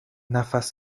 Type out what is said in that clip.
نفس